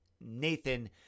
Nathan